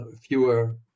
fewer